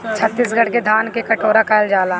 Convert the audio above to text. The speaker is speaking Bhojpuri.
छतीसगढ़ के धान के कटोरा कहल जाला